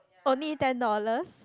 only ten dollars